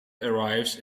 arrives